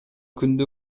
күндү